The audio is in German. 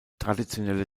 traditionelle